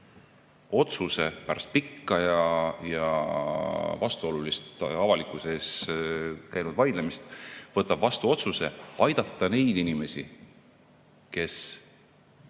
valitsus pärast pikka ja vastuolulist avalikkuses käinud vaidlust vastu otsuse aidata neid inimesi, kes